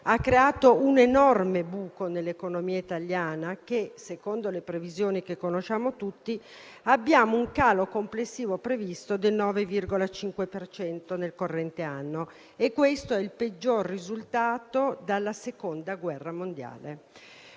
ha creato un enorme buco nell'economia italiana. Secondo le previsioni che conosciamo tutti, abbiamo un calo complessivo previsto del 9,5 per cento nel corrente anno, e questo è il peggior risultato dalla Seconda guerra mondiale.